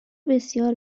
بسیار